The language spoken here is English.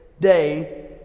day